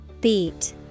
Beat